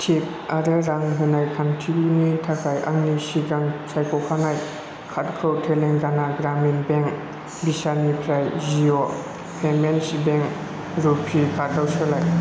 टिप आरो रां होनाय खान्थिनि थाखाय आंनि सिगां सायख'खानाय कार्डखौ तेलांगाना ग्रामिन बेंक भिसानिफ्राय जिअ' पेमेन्टस बेंक रुपे कार्डआव सोलाय